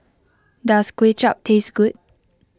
does Kway Chap taste good